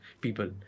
people